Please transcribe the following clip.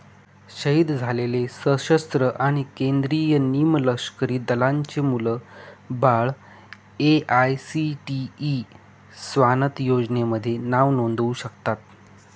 शहीद झालेले सशस्त्र आणि केंद्रीय निमलष्करी दलांचे मुलं बाळं ए.आय.सी.टी.ई स्वानथ योजनेमध्ये नाव नोंदवू शकतात